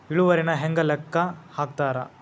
ಇಳುವರಿನ ಹೆಂಗ ಲೆಕ್ಕ ಹಾಕ್ತಾರಾ